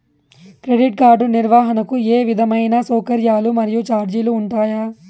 Credit card నిర్వహణకు ఏ విధమైన సౌకర్యాలు మరియు చార్జీలు ఉంటాయా?